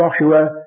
Joshua